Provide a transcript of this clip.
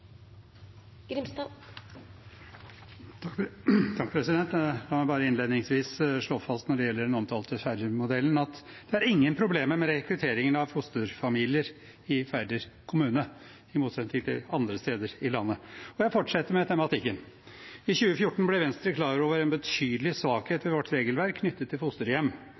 ingen problemer med rekrutteringen av fosterfamilier i Færder kommune, i motsetning til andre steder i landet. Jeg fortsetter med tematikken: I 2014 ble Venstre klar over en betydelig svakhet ved vårt regelverk knyttet til fosterhjem.